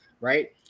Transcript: Right